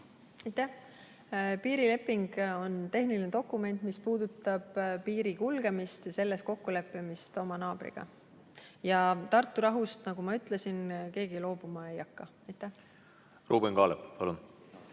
Aitäh! Piirileping on tehniline dokument, mis puudutab piiri kulgemist ja selles kokkuleppimist oma naabriga. Tartu rahust, nagu ma ütlesin, keegi loobuma ei hakka. Aitäh! Piirileping